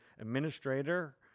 administrator